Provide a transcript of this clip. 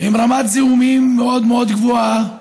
עם רמת זיהומים מאוד מאוד גבוהה,